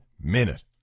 minute